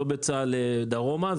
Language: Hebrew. לא בצה"ל דרומה,